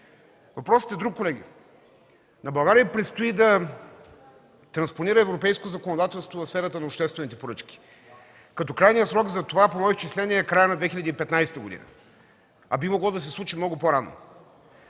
Въпросът е друг. На България й предстои да транспонира европейското законодателство в сферата на обществените поръчки. Крайният срок за това по мои изчисления е краят на 2015 г., а би могло да се случи много по-рано.